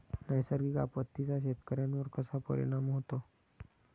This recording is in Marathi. नैसर्गिक आपत्तींचा शेतकऱ्यांवर कसा परिणाम होतो?